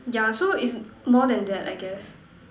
yeah so is more than that I guess